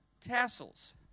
Tassels